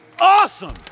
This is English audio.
Awesome